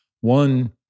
one